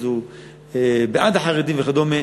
הוא בעד החרדים וכדומה.